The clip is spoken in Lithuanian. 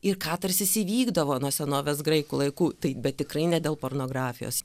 ir katarsis įvykdavo nuo senovės graikų laikų tai bet tikrai ne dėl pornografijos